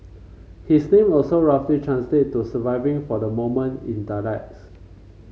his name also roughly translate to surviving for the moment in dialects